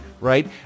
right